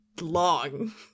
long